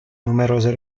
numerose